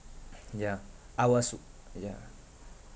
yeah I was oo yeah